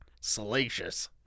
salacious